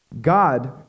God